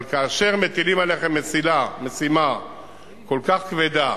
אבל כאשר מטילים עליך משימה כל כך כבדה,